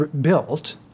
built